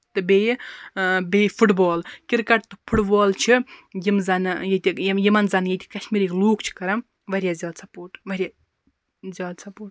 تہ بیٚیہِ بیٚیہِ فُٹ بال کِرکٹ تہٕ فُٹ بال چھِ یِم زَن ییٚتہِ یِمن زَن ییٚتہِ کَشمیٖرٕکۍ لُکھ چھِ کران واریاہ زیادٕ سَپوٹ واریاہ زیادٕ سَپوٹ